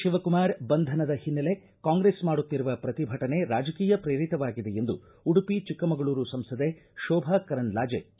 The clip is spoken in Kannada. ಶಿವಕುಮಾರ್ ಬಂಧನದ ಹಿನ್ನೆಲೆ ಕಾಂಗ್ರೆಸ್ ಮಾಡುತ್ತಿರುವ ಪ್ರತಿಭಟನೆ ರಾಜಕೀಯ ಪ್ರೇರಿತವಾಗಿದೆ ಎಂದು ಉಡುಪಿ ಚಿಕ್ಕಮಗಳೂರು ಸಂಸದೆ ಶೋಭಾ ಕರಂದ್ಲಾಜೆ ಟೀಕಿಸಿದ್ದಾರೆ